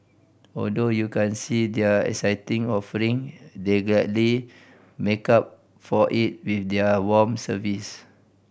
although you can't see their exciting offering they gladly make up for it with their warm service